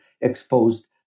exposed